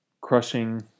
crushing